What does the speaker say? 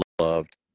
loved